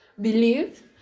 believe